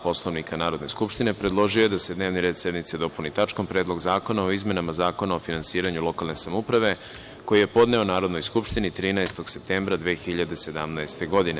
Poslovnika Narodne skupštine, predložio je da se dnevni red sednice dopuni tačkom – Predlog zakona o izmenama Zakona o finansiranju lokalne samouprave, koji je podneo Narodnoj skupštini 13. septembra 2017. godine.